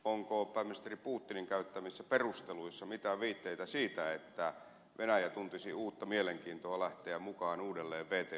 onko pääministeri putinin käyttämissä perusteluissa mitään viitteitä siitä että venäjä tuntisi uutta mielenkiintoa lähteä mukaan uudelleen wto neuvotteluihin